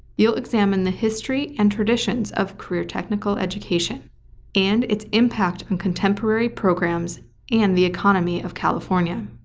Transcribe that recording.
you'll examine the history and traditions of career technical education and its impact on contemporary programs and the economy of california.